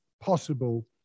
possible